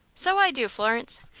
so i do, florence.